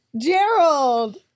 Gerald